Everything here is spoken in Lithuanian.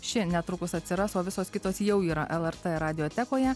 ši netrukus atsiras o visos kitos jau yra lrt radiotekoje